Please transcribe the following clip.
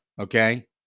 Okay